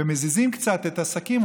ומזיזים קצת את השקים,